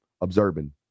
observing